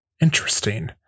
Interesting